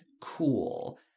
cool